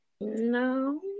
no